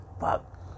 Fuck